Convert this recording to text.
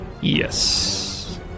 yes